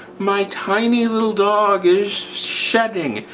my tiny little dog is shedding.